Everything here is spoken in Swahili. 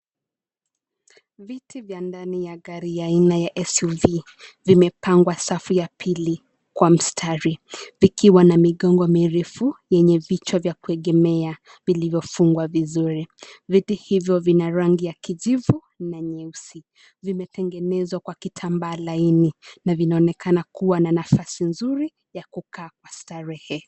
Viti vya ndani ya gari ya aina ya SUV , vimepangwa safu ya pili kwa mstari, vikiwa na migongo mirefu yenye vichwa vya kuegemea vilivyofungwa vizuri. Viti hivyo vina rangi ya kijivu na nyeusi. Vimetengenezwa kwa kitambaa laini na vinaonekana kuwa na nafasi nzuri yakukaa kwa starehe.